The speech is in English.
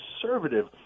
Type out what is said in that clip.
conservative